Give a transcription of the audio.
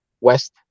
West